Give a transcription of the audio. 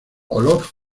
olor